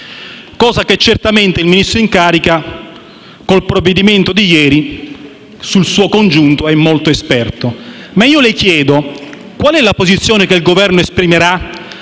quale certamente il Ministro in carica, con il provvedimento di ieri sul suo congiunto, è molto esperto. Ma io le chiedo: qual è la posizione che il Governo esprimerà